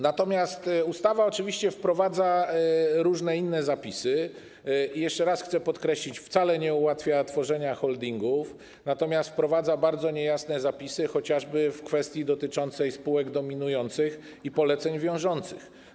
Natomiast ustawa oczywiście wprowadza różne inne zapisy i, jeszcze raz chcę podkreślić, wcale nie ułatwia tworzenia holdingów, natomiast wprowadza bardzo niejasne zapisy, chociażby w kwestii dotyczącej spółek dominujących i poleceń wiążących.